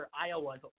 Iowa